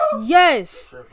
yes